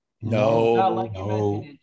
No